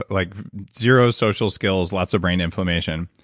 like zero social skills, lots of brain inflammation,